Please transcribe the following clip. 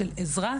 של עזרה,